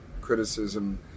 criticism